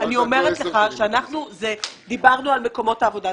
אני אומרת לך שדיברנו על מקומות עבודה,